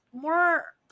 more